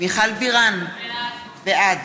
מיכל בירן, בעד